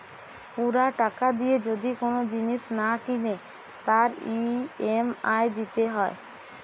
পুরা টাকা দিয়ে যদি কোন জিনিস না কিনে তার ই.এম.আই দিতে হয়